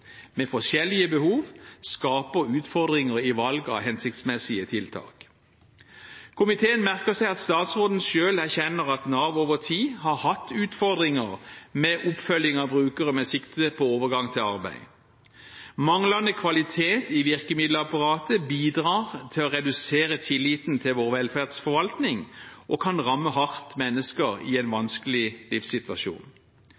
med forskjellige behov, skaper utfordringer i valg av hensiktsmessige tiltak. Komiteen merker seg at statsråden selv erkjenner at Nav over tid har hatt utfordringer med oppfølging av brukere med sikte på overgang til arbeid. Manglende kvalitet i virkemiddelapparatet bidrar til å redusere tilliten til vår velferdsforvaltning og kan ramme mennesker i en